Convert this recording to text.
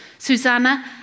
Susanna